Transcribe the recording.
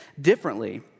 differently